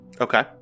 Okay